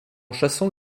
chassant